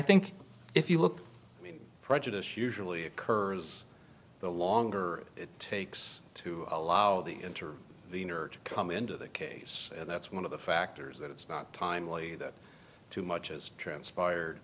think if you look i mean prejudice usually occurs the longer it takes to allow the enter the inner to come into the case and that's one of the factors that it's not timely that too much is transpired